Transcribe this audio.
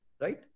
right